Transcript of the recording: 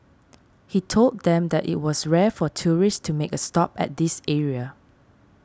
he told them that it was rare for tourists to make a stop at this area